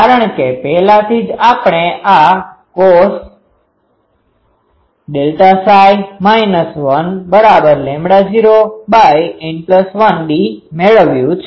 કારણ કે પહેલાથી જ આપણે આ cos ΔΨ 1૦N1d મેળવ્યું છે